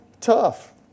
tough